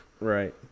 Right